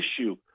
issue